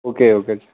okay okay sir